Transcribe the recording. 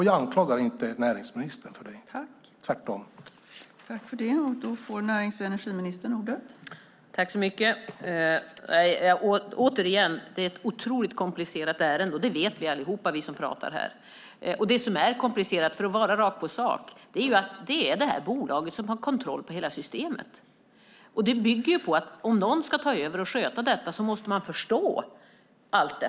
Jag anklagar inte näringsministern för det - tvärtom.